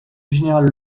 général